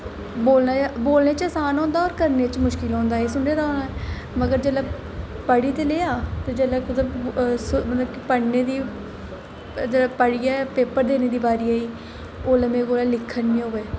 बोलने च असान होंदा होर करने च मुश्कल होंदा ऐ एह् सुनें दा हा पर जिसलै पढ़ी ते लेआ पर जिसलै पढ़ने दी पढ़ियै पेपर देने दी बारी आई उसले मेरे कोला दा लिखन निं होऐ